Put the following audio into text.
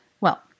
Well—